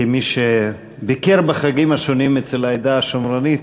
כמי שביקר בחגים השונים אצל העדה השומרונית,